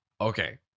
Okay